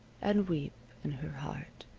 and weep in her heart.